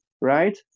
right